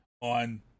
on